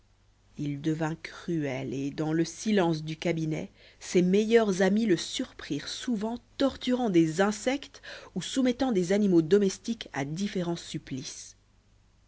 il devint cruel et dans le silence du cabinet ses meilleurs amis le surprirent souvent torturant des insectes ou soumettant des animaux domestiques à différents supplices